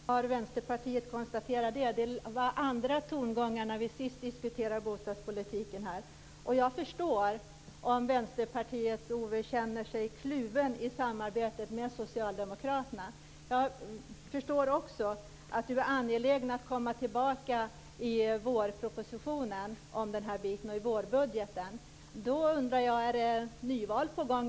Fru talman! Det är glädjande att Vänsterpartiet äntligen har konstaterat det. Det var andra tongångar när vi senast diskuterade bostadspolitiken. Jag förstår om Vänsterpartiets Owe Hellberg känner sig kluven i samarbetet med Socialdemokraterna. Jag förstår också att han är angelägen om att komma tillbaka i vårbudgeten när det gäller denna bit. Är det nyval på gång?